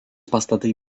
pastatai